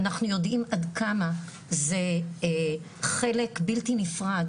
אנחנו יודעים עד כמה זה חלק בלתי נפרד